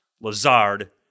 Lazard